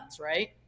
right